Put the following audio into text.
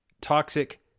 toxic